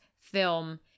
film